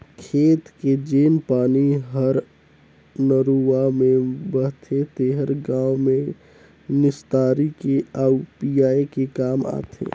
खेत के जेन पानी हर नरूवा में बहथे तेहर गांव में निस्तारी के आउ पिए के काम आथे